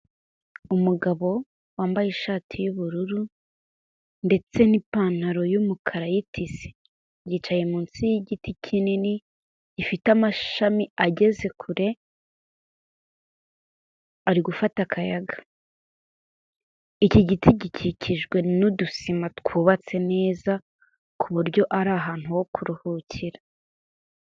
Umugabo wambaye ishati y'ubururu ndetse n'ipantaro y'umukara y'itisi, yicaye munsi y'igiti kinini gifite amashami ageze kure ari gufata akayaga, iki giti gikikijwe n'udusima twubatse neza ku buryo ari ahantu ho kuruhukira.